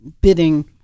bidding